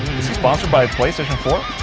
is he sponsored by playstation four?